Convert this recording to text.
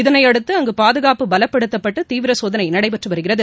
இதனையடுத்து அங்கு பாதுகாப்பு பலப்படுத்தப்பட்டு தீவிர சோதனை நடைபெற்று வருகிறது